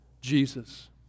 Jesus